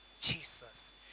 Jesus